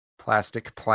plastic